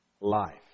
life